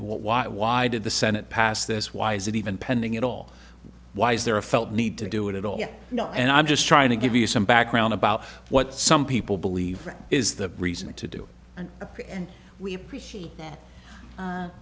why why did the senate pass this why is it even pending at all why is there a felt need to do it at all you know and i'm just trying to give you some background about what some people believe is the reason to do an update and we appreciate that